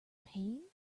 pain